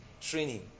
training